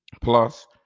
plus